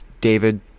David